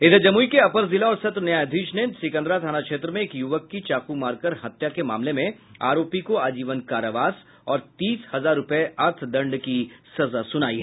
इधर जमुई के अपर जिला और सत्र न्यायाधीश ने सिकंदरा थाना क्षेत्र में एक युवक की चाकू मारकर हत्या के मामले में आरोपी को आजीवन कारावास और तीस हजार रूपये अर्थदंड की सजा सुनायी